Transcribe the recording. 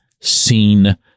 Seen